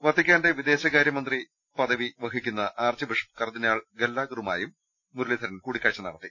വത്തി ക്കാന്റെ വിദേശകാരൃ മന്ത്രി പദവി വഹിക്കുന്ന ആർച്ച് ബിഷപ്പ് കർദ്ദിനാൾ ഗല്ലാഗറുമായും മുരളീധരൻ കൂടിക്കാഴ്ച നടത്തി